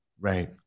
Right